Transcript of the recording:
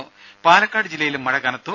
രുര പാലക്കാട് ജില്ലയിലും മഴ കനത്തു